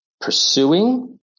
pursuing